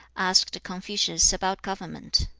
asked confucius about government.